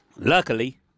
Luckily